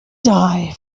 die